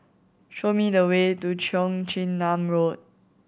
show me the way to Cheong Chin Nam Road